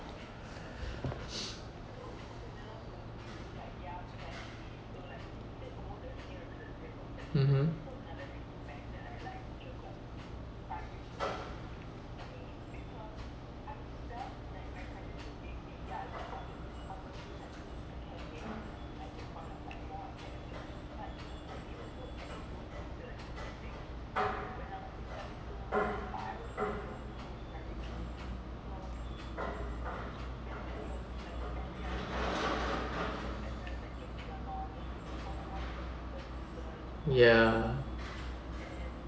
mmhmm ya